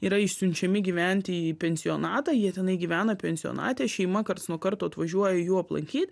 yra išsiunčiami gyventi į pensionatą jie tenai gyvena pensionate šeima karts nuo karto atvažiuoja jų aplankyt